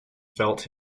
felt